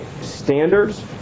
standards